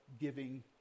giving